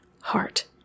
heart